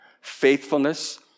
faithfulness